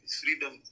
freedom